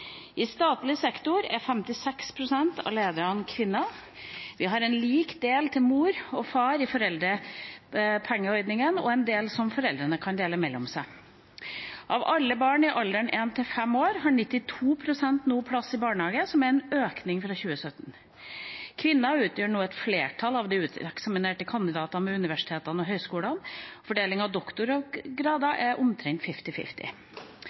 I statlig sektor er 56 pst. av lederne kvinner. Vi har en lik del til mor og far i foreldrepengeordningen og en del som foreldrene kan dele mellom seg. Av alle barn i alderen 1–5 år har 92 pst. nå plass i barnehage, noe som er en økning fra 2017. Kvinnene utgjør nå et flertall av de uteksaminerte kandidatene ved universitetene og høyskolene. Fordelingen av